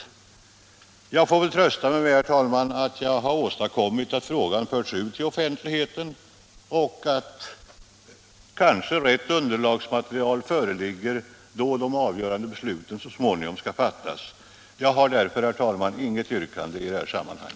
Men jag får trösta mig med att jag har åstadkommit att frågan förts ut till offentligheten, så att kanske ändock rätt underlagsmaterial kan föreligga, då de avgörande besluten så småningom politiken Arbetsmarknadspolitiken skall fattas. Jag har därför, herr talman, inte något yrkande i detta sammanhang.